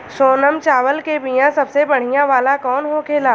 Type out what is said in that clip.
सोनम चावल के बीया सबसे बढ़िया वाला कौन होखेला?